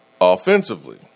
offensively